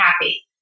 happy